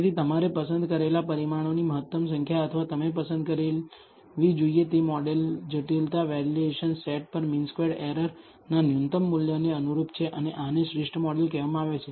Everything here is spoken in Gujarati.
તેથી તમારે પસંદ કરેલા પરિમાણોની મહત્તમ સંખ્યા અથવા તમે પસંદ કરવી જોઈએ તે મોડેલ જટિલતા વેલિડેશન સેટ પર મીન સ્ક્વેર્ડ એરરના ન્યૂનતમ મૂલ્યને અનુરૂપ છે અને આને શ્રેષ્ઠ મોડેલ કહેવામાં આવે છે